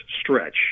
stretch